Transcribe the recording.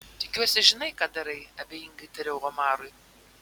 tikiuosi žinai ką darai abejingai tariau omarui